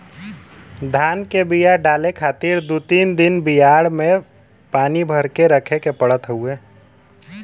धान के बिया डाले खातिर दू तीन दिन बियाड़ में पानी भर के रखे के पड़त हउवे